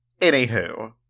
Anywho